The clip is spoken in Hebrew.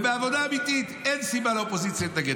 ובעבודה אמיתית אין סיבה לאופוזיציה להתנגד.